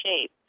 shape